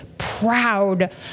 Proud